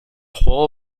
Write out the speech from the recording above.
juego